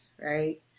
right